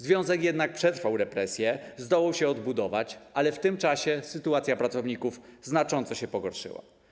Związek jednak przetrwał represje, zdołał się odbudować, ale w tym czasie sytuacja pracowników znacząco się pogorszyła.